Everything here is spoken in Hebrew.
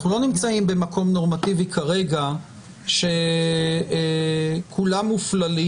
אנחנו לא נמצאים במקום נורמטיבי כרגע שכולם מופללים